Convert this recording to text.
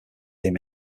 him